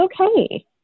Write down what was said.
okay